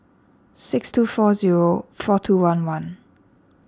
six two four zero four two one one